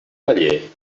taller